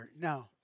No